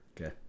Okay